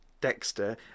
Dexter